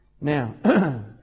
Now